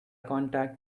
contact